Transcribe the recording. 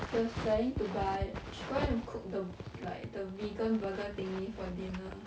she was planning to buy she going to cook the like the vegan burger thingy for dinner